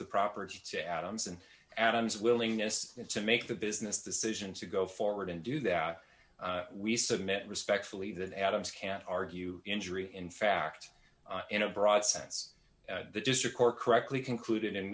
the property to adams and adams willingness to make the business decision to go forward and do that we submit respectfully that adams can't argue injury in fact in a broad sense the district court correctly concluded and